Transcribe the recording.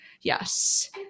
yes